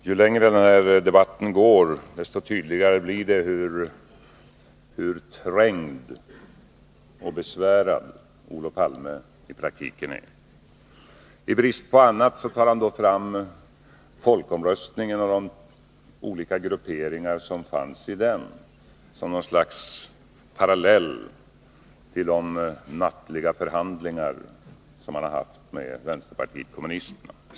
Herr talman! Ju längre den här debatten pågår, desto tydligare blir det hur trängd och besvärad Olof Palme i praktiken är. I brist på annat drar han då fram de olika grupperingar som fanns inför kärnkraftsomröstningen som något slags parallell till de nattliga förhandlingar som han har fört med vänsterpartiet kommunisterna.